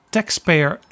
Taxpayer